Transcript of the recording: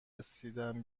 رسیدن